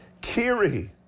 Kiri